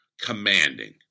commanding